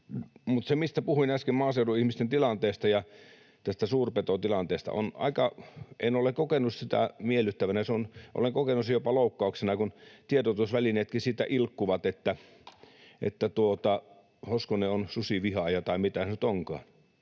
Mutta puhuin äsken maaseudun ihmisten tilanteesta ja tästä suurpetotilanteesta. En ole kokenut sitä miellyttävänä, olen kokenut sen jopa loukkauksena, kun tiedotusvälineetkin sitä ilkkuvat, että Hoskonen on susivihaaja, tai mitä nyt onkaan.